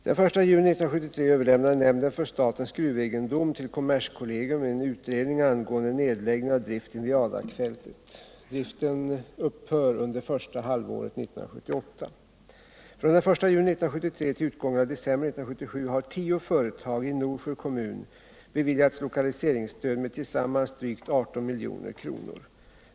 Från den 1 juni 1973 till utgången av december 1977 har tio företag i Norsjö kommun beviljats lokaliseringsstöd med tillsammans drygt 18 milj.kr.